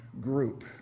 group